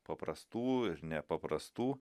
paprastų ir nepaprastų